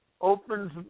opens